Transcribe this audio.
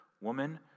woman